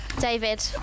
David